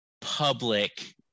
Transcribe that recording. public